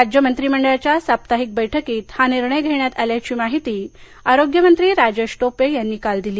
राज्य मंत्रिमंडळाच्या साप्ताहिक बैठकीत हा निर्णय घेण्यात आल्याची माहिती आरोग्यमंत्री राजेश टोपे यांनी काल दिली